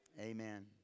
Amen